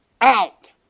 out